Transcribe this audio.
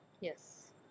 Yes